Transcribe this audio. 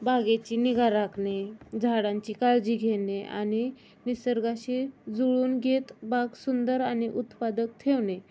बागेची निगा राखणे झाडांची काळजी घेणे आणि निसर्गाशी जुळवून घेत बाग सुंदर आणि उत्पादक ठेवणे